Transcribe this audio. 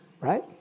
Right